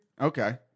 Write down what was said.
Okay